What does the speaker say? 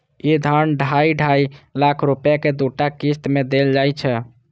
ई धन ढाइ ढाइ लाख रुपैया के दूटा किस्त मे देल जाइ छै